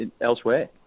elsewhere